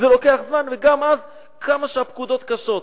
וגם אז כמה שהפקודות קשות.